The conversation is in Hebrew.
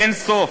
אין סוף.